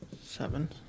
Seven